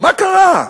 מה קרה?